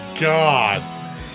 God